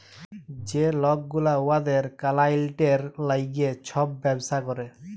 যে লক গুলা উয়াদের কালাইয়েল্টের ল্যাইগে ছব ব্যবসা ক্যরে